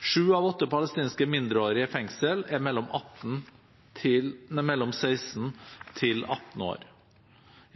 Sju av åtte palestinske mindreårige i fengsel er mellom 16 og 18 år.